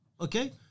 Okay